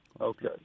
Okay